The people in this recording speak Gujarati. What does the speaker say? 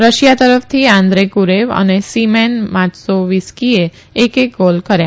રશિયા તરફથી આંદ્રે કુરેવ ને સીમેન માત્સોવિસ્કીએ એક એક ગોલ કર્યા